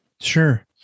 Sure